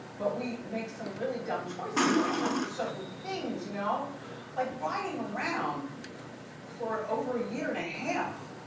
but we make some really dumb choices when it comes to certain things. you know like riding around for over a year and a half.